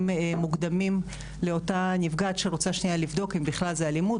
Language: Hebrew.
המוקדמים לאותה נפגעת שרוצה לבדוק אם בכלל זה אלימות,